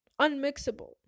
unmixable